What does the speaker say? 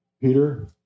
Peter